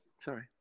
sorry